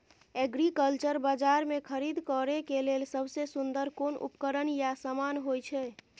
Agriculture बाजार में खरीद करे के लेल सबसे सुन्दर कोन उपकरण या समान होय छै?